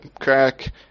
crack